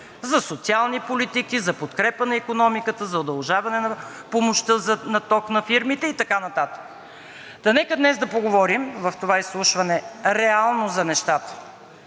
за социални политики, за подкрепа на икономиката, за удължаване на помощта за ток на фирмите и така нататък. Та нека днес да поговорим в това изслушване реално за нещата,